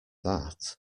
that